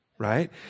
right